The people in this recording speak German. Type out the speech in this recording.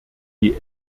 die